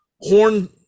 horn